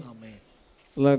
Amen